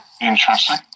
Interesting